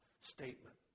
statement